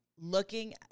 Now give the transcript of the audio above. Looking